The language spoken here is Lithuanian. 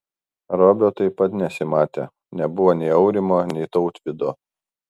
robio taip pat nesimatė nebuvo nei aurimo nei tautvydo